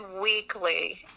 weekly